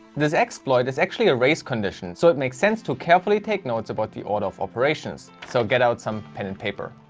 this exploit is actually a race-condition, so it makes sense to carefully take notes about the order of operations. so get out your pen and paper.